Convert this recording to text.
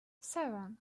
seven